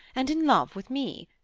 and in love with me!